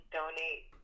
donate